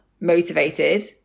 motivated